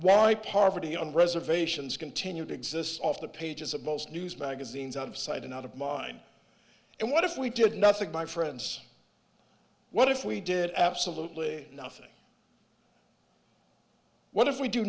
i poverty on reservations continue to exist off the pages of most news magazines out of sight and out of mind and what if we did nothing my friends what if we did absolutely nothing what if we do